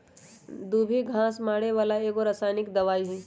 दुभी घास मारे बला एगो रसायनिक दवाइ हइ